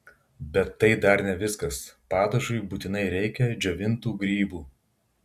bet tai dar ne viskas padažui būtinai reikia džiovintų grybų